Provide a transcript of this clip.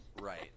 Right